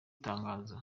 tangazo